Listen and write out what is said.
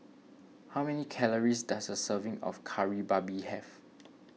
how many calories does a serving of Kari Babi have